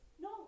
No